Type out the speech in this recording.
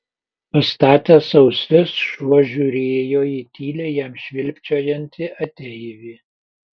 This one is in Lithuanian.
pastatęs ausis šuo žiūrėjo į tyliai jam švilpčiojantį ateivį